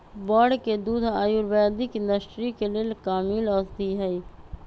बड़ के दूध आयुर्वैदिक इंडस्ट्री के लेल कामिल औषधि हई